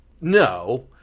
no